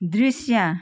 दृश्य